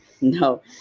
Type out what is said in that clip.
No